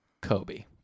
Kobe